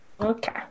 Okay